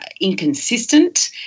inconsistent